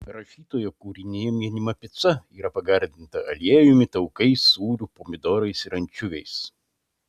rašytojo kūrinyje minima pica yra pagardinta aliejumi taukais sūriu pomidorais ir ančiuviais